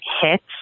hits